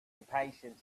impatient